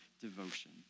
devotion